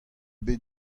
bet